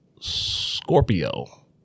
Scorpio